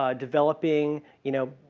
ah developing, you know,